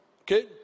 okay